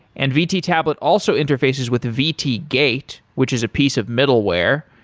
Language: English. and vt tablet also interfaces with vt gate, which is a piece of middleware.